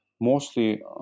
mostly